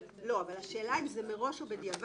אבל השאלה אם זה מראש או בדיעבד.